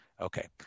Okay